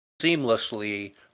seamlessly